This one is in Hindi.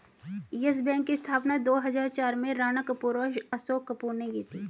यस बैंक की स्थापना दो हजार चार में राणा कपूर और अशोक कपूर ने की थी